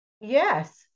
Yes